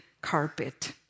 carpet